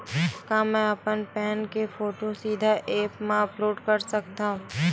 का मैं अपन पैन के फोटू सीधा ऐप मा अपलोड कर सकथव?